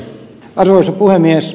arvoisa puhemies